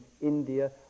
India